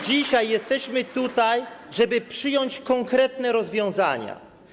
Dzisiaj jesteśmy tutaj, żeby przyjąć konkretne rozwiązania.